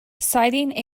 citing